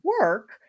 work